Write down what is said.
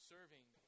Serving